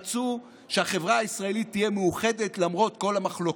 רצו שהחברה הישראלית תהיה מאוחדת למרות כל המחלוקות.